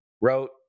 wrote